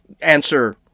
answer